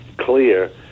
clear